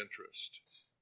interest